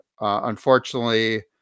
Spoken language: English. unfortunately